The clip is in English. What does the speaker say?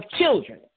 children